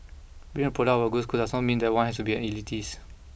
being a product of a good school does not mean that one has to be an elitist